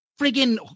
friggin